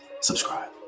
subscribe